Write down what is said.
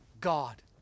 God